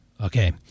Okay